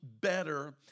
better